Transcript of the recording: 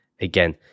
again